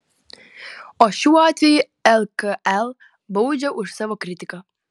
o šiuo atveju lkl baudžia už savo kritiką